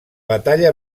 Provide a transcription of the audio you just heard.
batalla